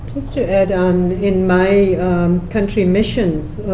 to add on, in my country missions,